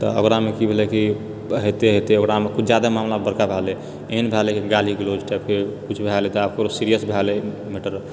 तऽ ओकरामे कि भेलेकि हैते हैते ओकरामे किछु जादा मामला बड़का भए गेले एहन भए गेले कि गाली गलौज टाइपके किछु भए गेले तऽ आब सीरियस भए गेलेै मैटर